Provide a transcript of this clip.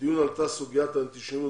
בדיון עלתה סוגיית האנטישמיות